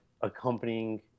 accompanying